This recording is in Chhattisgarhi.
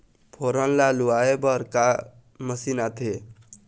फोरन ला लुआय बर का मशीन आथे?